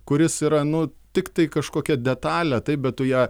kuris yra nu tiktai kažkokia detalė taip bet tu ją